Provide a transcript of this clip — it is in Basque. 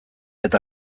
eta